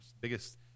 biggest